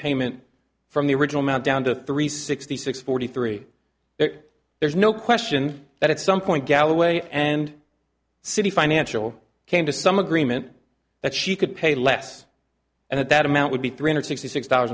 payment from the original now down to three sixty six forty three if there's no question that at some point galloway and city financial came to some agreement that she could pay less and at that amount would be three hundred sixty six